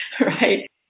right